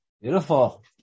beautiful